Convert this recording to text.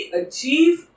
achieve